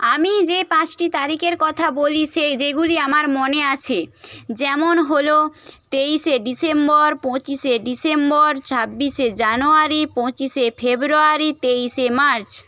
আমি যে পাঁচটি তারিখের কথা বলি সে যেগুলি আমার মনে আছে যেমন হল তেইশে ডিসেম্বর পঁচিশে ডিসেম্বর ছাব্বিশে জানোয়ারি পঁচিশে ফেব্রুয়ারি তেইশে মার্চ